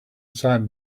sat